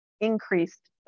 increased